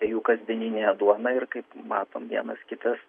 jų kasdieninė duona ir kaip matom vienas kitas